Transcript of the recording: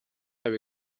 have